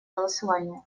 голосования